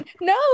No